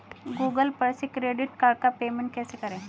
Google पर से credit card का पेमेंट कैसे करें?